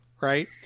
right